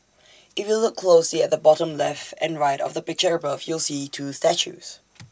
if you look closely at the bottom left and right of the picture above you'll see two statues